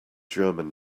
german